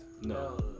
No